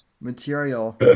material